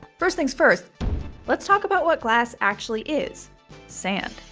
first things first let's talk about what glass actually is sand.